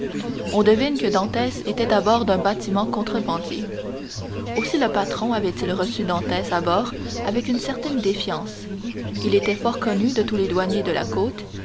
on devine que dantès était à bord d'un bâtiment contrebandier aussi le patron avait-il reçu dantès à bord avec une certaine défiance il était fort connu de tous les douaniers de la côte